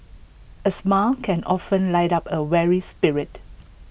A smile can often lit up A weary spirit